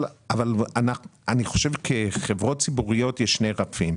אני חושב כחברות ציבוריות יש שני רפים.